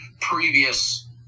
previous